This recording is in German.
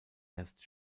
erst